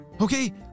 Okay